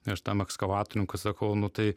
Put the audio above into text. ir aš tam ekskavatorininkui sakau nu tai